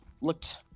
looked